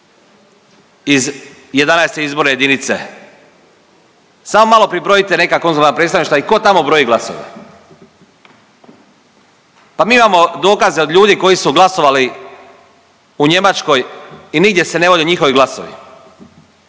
iz 11. izborne jedinice? Samo malo pribrojite neka konzularna predstavništva i tko tamo broji glasove. Pa mi imamo dokaze od ljudi koji su glasovali u Njemačkoj i nigdje se ne vode njihovi glasovi.